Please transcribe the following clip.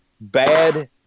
bad